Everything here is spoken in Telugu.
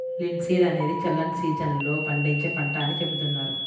లిన్సీడ్ అనేది చల్లని సీజన్ లో పండించే పంట అని చెబుతున్నారు